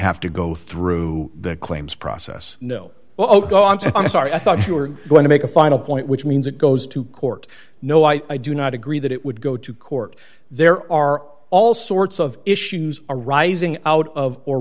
have to go through the claims process no well go i'm so sorry i thought you were going to make a final point which means it goes to court no i do not agree that it would go to court there are all sorts of issues arising out of or